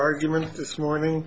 argument this morning